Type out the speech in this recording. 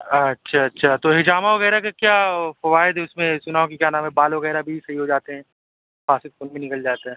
اچھا اچھا تو ہجامہ وغیرہ کے کیا فوائد اِس میں سُنا ہوں کہ کیا نام ہے کہ بال وغیرہ بھی صحیح ہو جاتے ہیں خون بھی نکل جاتا ہیں